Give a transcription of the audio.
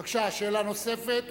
בבקשה, שאלה נוספת.